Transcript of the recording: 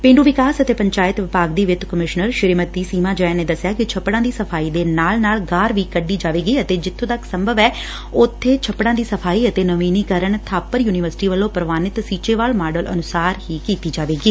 ਪੇਂਡੂ ਵਿਕਾਸ ਅਤੇ ਪੰਚਾਇਤ ਵਿਭਾਗ ਦੀ ਵਿੱਤ ਕਮਿਸ਼ਨਰ ਸ੍ਰੀਮਤੀ ਸੀਮਾ ਜੈਨ ਨੇ ਦੱਸਿਆ ਕਿ ਛੱਪੜਾਂ ਦੀ ਸਫਾਈ ਦੇ ਨਾਲ ਨਾਲ ਗਾਰ ਵੀ ਕੱਢੀ ਜਾਵੇਗੀ ਅਤੇ ਜਿੱਬੇ ਸੰਭਵ ਐ ਉਥੇ ਛੱਪੜਾਂ ਦੀ ਸਫਾਈ ਅਤੇ ਨਵੀਨੀਕਰਨ ਬਾਪਰ ਯੁਨੀਵਰਸਿਟੀ ਵੱਲੋ ਪੁਵਾਨਿਤ ਸੀਚੇਵਾਲ ਮਾਡਲ ਅਨੁਸਾਰ ਵੀ ਕੀਤਾ ਜਾਵੇਗੀ